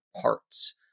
parts